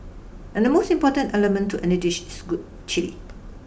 and the most important element to any dish is good chilli